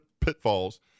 pitfalls